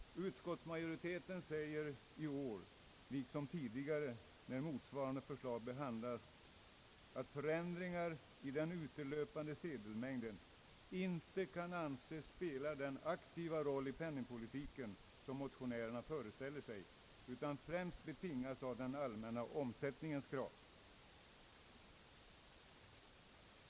Utskottsmajoriteten säger i år liksom tidigare, när motsvarande förslag behandlades, att förändringar i den ute löpande sedelmängden inte kan anses spela den aktiva roll i penningpolitiken som motionärerna föreställer sig utan främst betingas av den allmänna omsättningens krav.